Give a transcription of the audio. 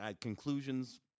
conclusions